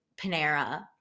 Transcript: Panera